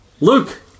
Luke